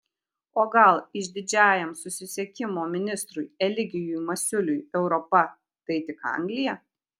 o gal išdidžiajam susisiekimo ministrui eligijui masiuliui europa tai tik anglija